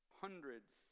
hundreds